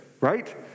right